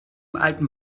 alten